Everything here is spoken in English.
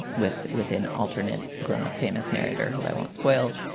with with an alternate grown-up famous narrator who i won't spoil.